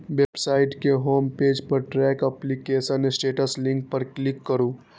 website के home page पर track application status link पर क्लिक करू